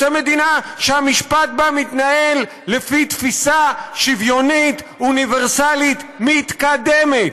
רוצה מדינה שהמשפט בה מתנהל לפי תפיסה שוויונית אוניברסלית מתקדמת.